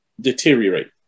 deteriorate